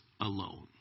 alone